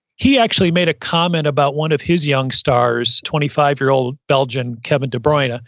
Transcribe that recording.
he actually made a comment about one of his young stars, twenty five year old belgian kevin de bruyne, ah